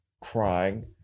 crying